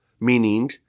meaning